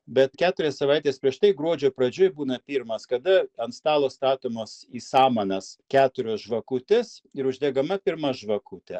bet keturias savaites prieš tai gruodžio pradžioj būna pirmas kada ant stalo statomos į samanas keturios žvakutės ir uždegama pirma žvakutė